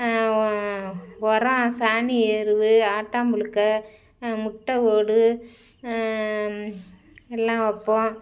உரோம் சாணி எருவு ஆட்டாம் புழுக்கை முட்டை ஓடு எல்லாம் வைப்போம்